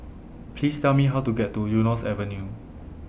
Please Tell Me How to get to Eunos Avenue